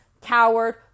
coward